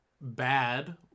bad